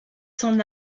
son